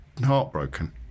heartbroken